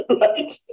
right